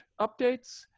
updates